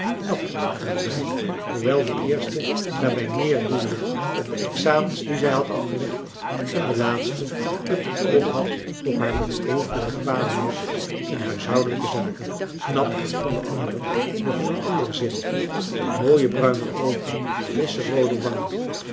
knap vonden beide hoewel de eerste daarbij meer doelde op de examens die zij had afgelegd en de laatste het oog had op haar beproefde bekwaamheid in huishoudelijke zaken knap vonden anderen nog in een anderen zin mooie bruine oogen frissche roode wangen